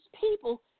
people